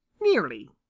nearly,